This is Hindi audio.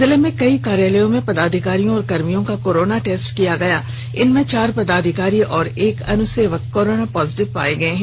जिले के कई कार्यालयों में पदाधिकारियों और कर्मियों का कोरोना टेस्ट किया गया इनमें चार पदाधिकारी और एक अनुसेवक कोरोना पॉजिटिव पाए गए हैं